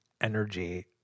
energy